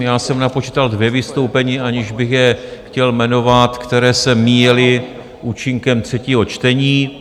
Já jsem napočítal dvě vystoupení, aniž bych je chtěl jmenovat, která se míjela účinkem třetího čtení.